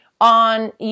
on